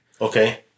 Okay